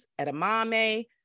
edamame